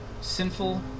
sinful